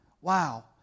Wow